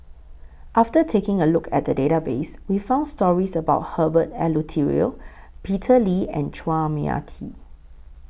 after taking A Look At The Database We found stories about Herbert Eleuterio Peter Lee and Chua Mia Tee